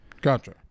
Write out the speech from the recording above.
Gotcha